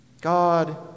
God